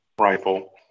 rifle